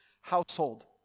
household